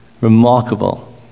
Remarkable